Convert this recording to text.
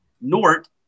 NORT